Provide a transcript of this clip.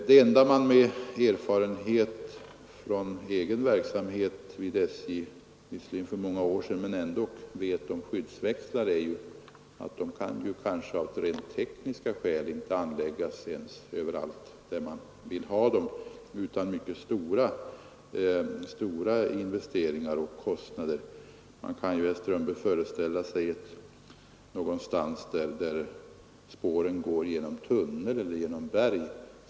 Det enda jag av erfarenhet från egen verksamhet vid SJ — det är visserligen många år sedan — vet om skyddsväxlar är att de kanske av rent tekniska skäl inte kan anläggas överallt där man vill ha dem utan mycket stora investeringskostnader. Man kan ju, herr Strömberg, föreställa sig platser där spåren går i tunnlar genom berg.